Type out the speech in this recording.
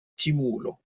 timulo